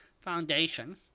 Foundation